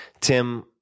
tim